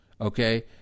okay